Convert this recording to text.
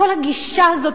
כל הגישה הזאת,